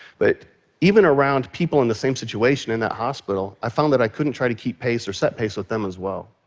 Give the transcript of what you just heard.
but even around people in the same situation in that hospital, i found that i couldn't try to keep pace or set pace with them as well,